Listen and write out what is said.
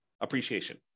appreciation